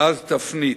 ואז, תפנית: